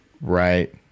Right